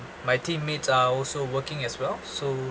my teammates are also working as well so